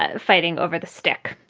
ah fighting over the stick.